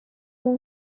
اون